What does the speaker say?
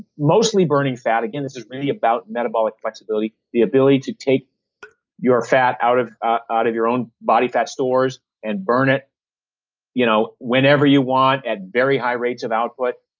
mostly burning fat. again, this is really about metabolic flexibility. the ability to take your fat out of ah out of your own body fat stores and burn it you know whenever you want, at very high rates of output.